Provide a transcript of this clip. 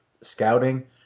scouting